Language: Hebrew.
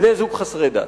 בני-זוג חסרי דת.